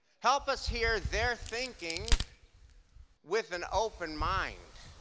help us hear their thinking with an open mind.